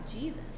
Jesus